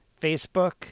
Facebook